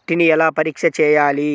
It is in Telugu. మట్టిని ఎలా పరీక్ష చేయాలి?